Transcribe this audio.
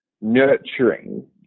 nurturing